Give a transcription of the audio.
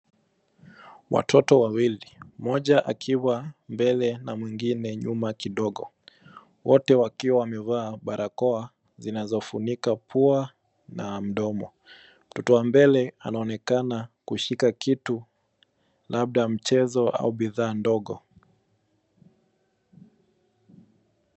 Watoto wawili, mmoja akiwa mbele na mwingine nyuma kidogo wote wakiwa wamevaa barakoa zinazofunika pua na mdomo. Mtoto wa mbele anaonekana kushika kitu labda mchezo au bidhaa ndogo.